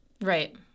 Right